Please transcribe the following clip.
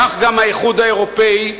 כך גם האיחוד האירופי.